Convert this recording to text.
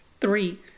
Three